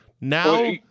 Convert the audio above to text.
Now